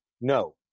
No